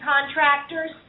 contractors